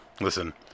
listen